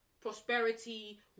prosperity